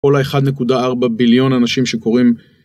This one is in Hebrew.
כל אחד נקודה ארבע ביליון אנשים שקוראים.